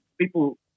people